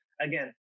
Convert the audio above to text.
Again